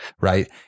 Right